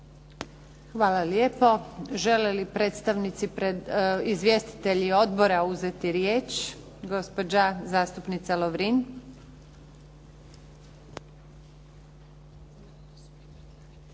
Hvala lijepo. Žele li izvjestitelji odbora uzeti riječ? Gospođa zastupnica Lovrin.